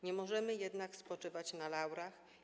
Nie możemy jednak spoczywać na laurach.